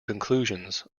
conclusions